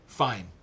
fine